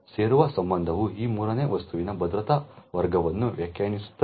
ಸೇರುವ ಸಂಬಂಧವು ಈ ಮೂರನೇ ವಸ್ತುವಿನ ಭದ್ರತಾ ವರ್ಗವನ್ನು ವ್ಯಾಖ್ಯಾನಿಸುತ್ತದೆ